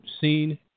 seen